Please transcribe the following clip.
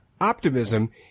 Optimism